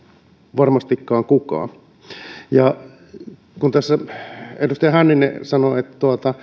varmastikaan kukaan kun tässä edustaja hänninen sanoi että